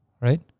right